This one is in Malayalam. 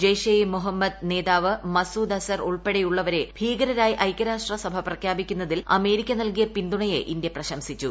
ജെയ്ഷെ ഇ മൊഹമ്മദ് നേതാവ് മസൂദ് അസ്ഹർ ഉൾപ്പെടെ യുള്ളവരെ ഭീകരരായി ഐക്യരാഷ്ട്ര സഭ പ്രഖ്യാപിക്കുന്ന തിൽ അമേരിക്ക നൽകിയ പിന്തുണയെ ഇന്ത്യ പ്രശംസിച്ചു